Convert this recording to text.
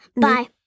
Bye